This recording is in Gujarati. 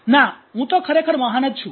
'ના હું તો ખરેખર મહાન જ છું